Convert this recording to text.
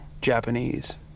Japanese